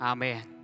Amen